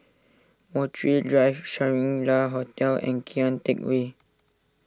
Montreal Drive Shangri La Hotel and Kian Teck Way